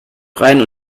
freien